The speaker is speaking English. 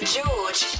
George